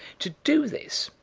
to do this,